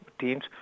Teams